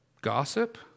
Gossip